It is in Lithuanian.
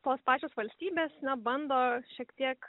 tos pačios valstybės na bando šiek tiek